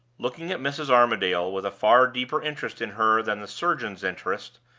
looking at mrs. armadale with a far deeper interest in her than the surgeon's interest,